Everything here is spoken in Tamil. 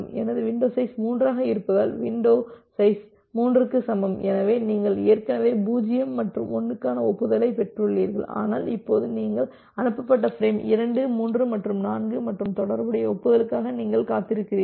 எனது வின்டோ சைஸ் 3 ஆக இருப்பதால் வின்டோ சைஸ் 3க்கு சமம் எனவே நீங்கள் ஏற்கனவே 0 மற்றும் 1க்கான ஒப்புதலைப் பெற்றுள்ளீர்கள் ஆனால் இப்போது நீங்கள் அனுப்பப்பட்ட ஃபிரேம் 2 3 மற்றும் 4 மற்றும் தொடர்புடைய ஒப்புதலுக்காக நீங்கள் காத்திருக்கிறீர்கள்